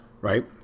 Right